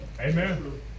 Amen